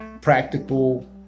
Practical